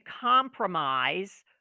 compromise